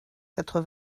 quatre